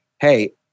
hey